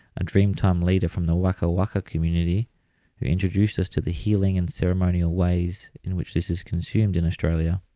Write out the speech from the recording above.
a dream-time leader from the waka waka community who introduced us to the healing and ceremonial ways in which this is consumed in australia